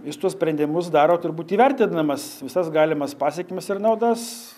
jis tuos sprendimus daro turbūt įvertindamas visas galimas pasekmes ir naudas